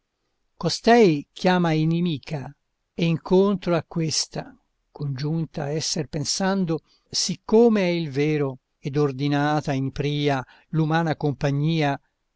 costei chiama inimica e incontro a questa congiunta esser pensando siccome è il vero ed ordinata in pria l'umana compagnia